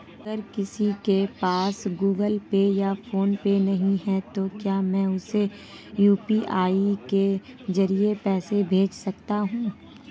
अगर किसी के पास गूगल पे या फोनपे नहीं है तो क्या मैं उसे यू.पी.आई के ज़रिए पैसे भेज सकता हूं?